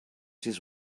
these